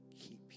keep